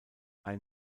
ein